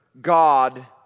God